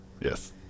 Yes